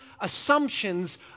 assumptions